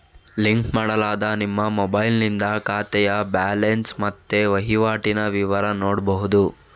link ಮಾಡಲಾದ ನಿಮ್ಮ ಮೊಬೈಲಿನಿಂದ ಖಾತೆಯ ಬ್ಯಾಲೆನ್ಸ್ ಮತ್ತೆ ವೈವಾಟಿನ ವಿವರ ನೋಡ್ಬಹುದು